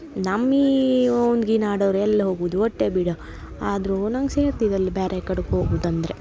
ನಮ್ಮ ಈ ಉನ್ಗಿದ ನಾಡೋರು ಎಲ್ಲಿ ಹೋಗುದು ಅಟ್ಟೆ ಬಿಡ ಆದರೂ ನಂಗೆ ಸೇರ್ತ್ ಇದೆಲ್ಲ ಬ್ಯಾರೆ ಕಡೆಕ ಹೋಗುದಂದರೆ